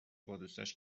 بادوستاش